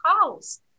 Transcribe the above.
house